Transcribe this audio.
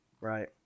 right